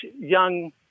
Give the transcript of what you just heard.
young